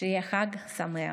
שיהיה חג שמח.